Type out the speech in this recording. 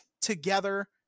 together